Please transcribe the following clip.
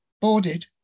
boarded